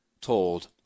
told